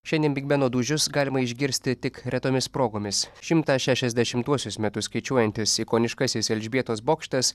šiandien bigbeno dūžius galima išgirsti tik retomis progomis šimtą šešiasdešimtuosius metus skaičiuojantis ikoniškasis elžbietos bokštas